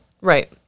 Right